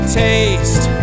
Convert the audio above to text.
taste